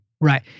right